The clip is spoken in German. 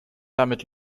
damit